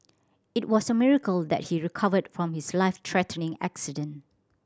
it was a miracle that he recovered from his life threatening accident